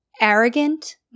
arrogant